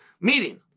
meeting